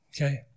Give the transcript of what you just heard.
Okay